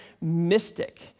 mystic